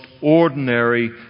ordinary